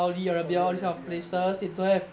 saudi arabia ya